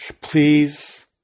Please